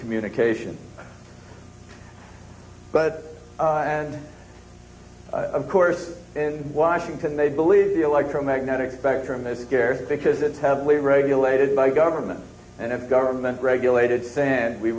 communication but and of course in washington they believe the electromagnetic spectrum is scarce because it's have we regulated by government and government regulated saying we